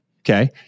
okay